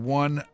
one